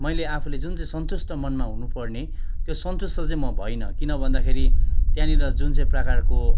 मैले आफूले जुन चाहिँ सन्तुष्ट मनमा हुनु पर्ने त्यो सन्तुष्ट चाहिँ म भइनँ किन भन्दाखेरि त्यहाँनिर जुन चाहिँ प्रकारको